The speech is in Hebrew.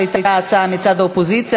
שהייתה הצעה מצד האופוזיציה,